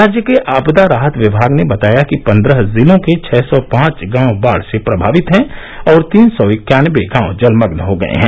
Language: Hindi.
राज्य के आपदा राहत विमाग ने बताया कि पन्द्रह जिलों के छह सौ पांच गांव बाढ से प्रभावित हैं और तीन सौ इक्यानवे गांव जलमग्न हो गये हैं